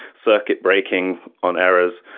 circuit breaking on errors.